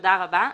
תודה רבה.